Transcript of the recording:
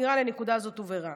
נראה לי שהנקודה הזאת הובהרה.